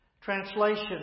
translation